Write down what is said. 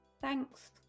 Thanks